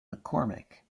mccormick